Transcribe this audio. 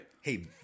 hey